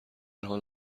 حال